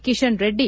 Kishan Reddy